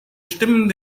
stimmen